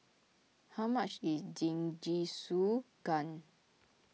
how much is Jingisukan